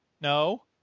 No